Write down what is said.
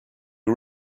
you